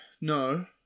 no